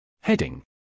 Heading